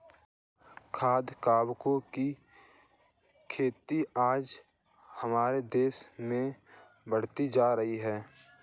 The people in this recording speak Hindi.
खाद्य कवकों की खेती आज हमारे देश में बढ़ती जा रही है